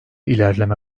ilerleme